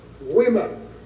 women